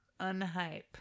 unhype